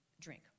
drink